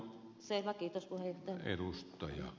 selvä kiitos puhemies